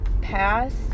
pass